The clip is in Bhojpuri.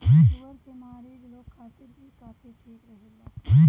शुगर के मरीज लोग खातिर भी कॉफ़ी ठीक रहेला